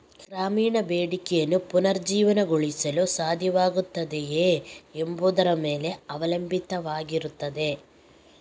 ಗ್ರಾಮೀಣ ಬೇಡಿಕೆಯನ್ನು ಪುನರುಜ್ಜೀವನಗೊಳಿಸಲು ಸಾಧ್ಯವಾಗುತ್ತದೆಯೇ ಎಂಬುದರ ಮೇಲೆ ಅವಲಂಬಿತವಾಗಿರುತ್ತದೆ